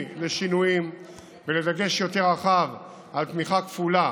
לשינויים ולדגש רחב יותר על תמיכה כפולה